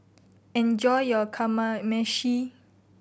enjoy your Kamameshi